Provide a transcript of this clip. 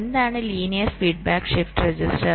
എന്താണ് linear feedback shift register